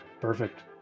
Perfect